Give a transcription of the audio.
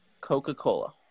Coca-Cola